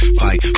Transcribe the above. fight